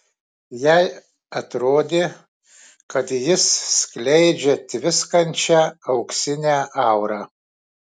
jai atrodė kad jis skleidžia tviskančią auksinę aurą